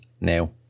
now